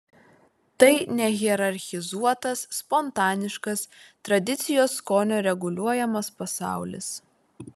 tai nehierarchizuotas spontaniškas tradicijos skonio reguliuojamas pasaulis